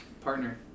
partner